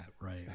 right